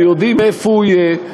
ויודעים איפה הוא יהיה,